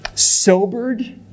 Sobered